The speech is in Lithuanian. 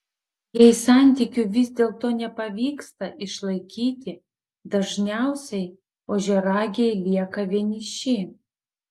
jei santykių vis dėlto nepavyksta išlaikyti dažniausiai ožiaragiai lieka vieniši